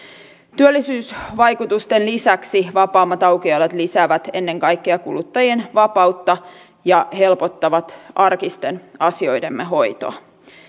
työllisyysvaikutusten lisäksi vapaammat aukioloajat lisäävät ennen kaikkea kuluttajien vapautta ja helpottavat arkisten asioidemme hoitoa